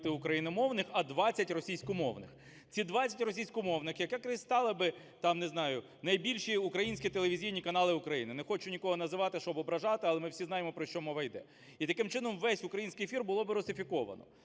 україномовних, а 20 – російськомовних. Ці 20 російськомовних якраз і стали би, там, не знаю, найбільші українські телевізійні канали України, не хочу нікого називати, щоб ображати, але ми всі знаємо, про що мова йде. І, таким чином, весь український ефір було би русифіковано.